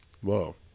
Whoa